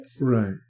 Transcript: right